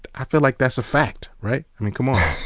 i feel like that's a fact, right? i mean come on.